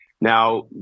Now